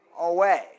away